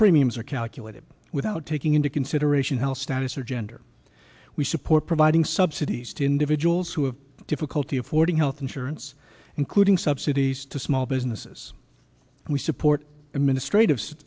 premiums are calculated without taking into consideration how status or gender we support providing subsidies to individuals who have difficulty affording health insurance including subsidies to small businesses and we support